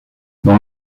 dans